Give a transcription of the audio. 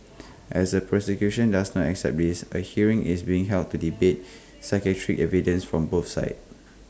as the prosecution does not accept this A hearing is being held to debate psychiatric evidence from both sides